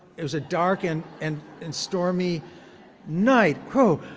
it was a dark and and and stormy night. oh,